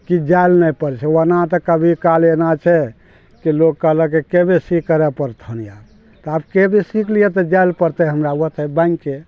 कि जाय लऽ नहि पड़ै छै ओना तऽ कभी काल एना छै कि लोक कहलक के बेसी करै पड़य पर फोन आयल तऽ आब के बेसी के लिअ तऽ जाए लए पड़तै हमरा ओते बैंके